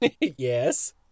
Yes